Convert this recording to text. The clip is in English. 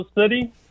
City